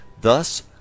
Thus